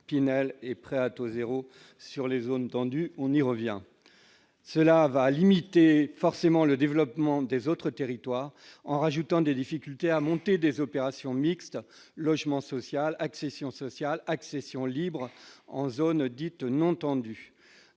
Pinel et prêt à taux 0 sur les zones tendues honni revient, cela va limiter forcément le développement des autres territoires en rajoutant des difficultés à monter des opérations mixtes logement social accession sociale accession libre en zone dite non tendues